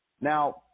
Now